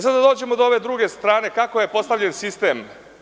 Sada da dođemo do one druge strane, kako je postavljen sistem?